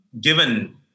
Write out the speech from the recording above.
Given